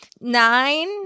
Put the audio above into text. Nine